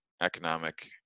economic